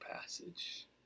passage